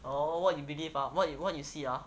oh what you believe ah what you what you see ah